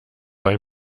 bei